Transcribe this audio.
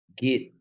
get